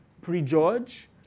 Prejudge